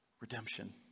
redemption